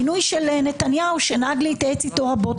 מינו של נתניהו שנהג להתייעץ איתו רבות.